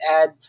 add